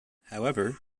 however